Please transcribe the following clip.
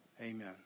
Amen